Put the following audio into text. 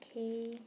K